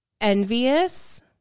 envious